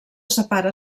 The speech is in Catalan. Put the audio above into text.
separa